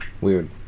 Weird